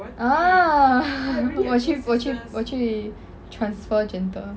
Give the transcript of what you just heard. !huh! 我去我去我去 transfer gender